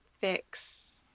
fix